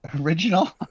original